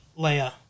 Leia